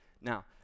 Now